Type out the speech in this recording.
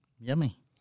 Yummy